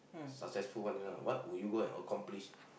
successful one this one what will you go and accomplish